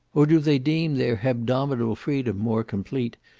or do they deem their hebdomadal freedom more complete,